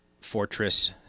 fortress